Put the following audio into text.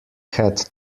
had